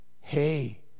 Hey